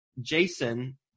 Jason